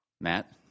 Matt